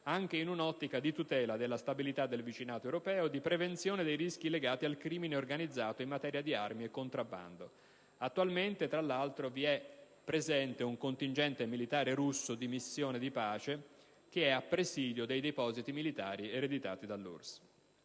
anche in un'ottica di tutela della stabilità del vicinato europeo e di prevenzione dei rischi legati al crimine organizzato in materia di armi e contrabbando. Attualmente, tra l'altro, è presente in Transnistria un contingente militare russo in missione di pace, che è a presidio dei depositi militari ereditati dall'URSS.